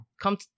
come